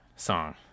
Song